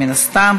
מן הסתם,